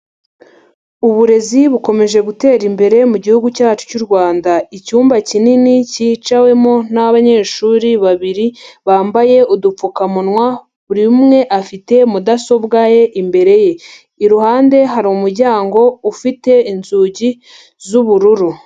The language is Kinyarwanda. Uburezi bukomeje gutera imbere mu gihugu cyacu cy'u Rwanda, icyumba kinini cyicawemo n'abanyeshuri babiri bambaye udupfukamunwa, buri umwe afite mudasobwa ye imbere ye, iruhande hari umuryango ufite inzugi z'ubururu.